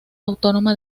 autónoma